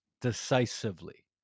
decisively